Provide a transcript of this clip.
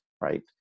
Right